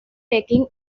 taking